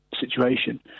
situation